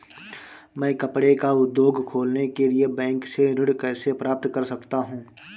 मैं कपड़े का उद्योग खोलने के लिए बैंक से ऋण कैसे प्राप्त कर सकता हूँ?